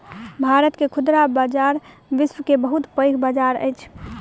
भारत के खुदरा बजार विश्व के बहुत पैघ बजार अछि